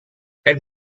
elle